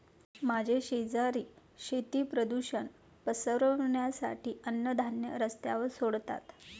माझे शेजारी शेती प्रदूषण पसरवण्यासाठी अन्नधान्य रस्त्यावर सोडतात